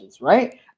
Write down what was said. Right